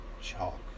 chalk